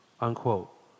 Unquote